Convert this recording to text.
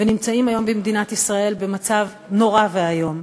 ונמצאים היום במדינת ישראל במצב נורא ואיום.